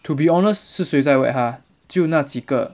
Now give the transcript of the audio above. to be honest 是谁在 whack 他只有那几个